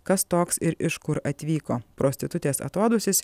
kas toks ir iš kur atvyko prostitutės atodūsis